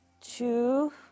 two